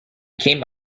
came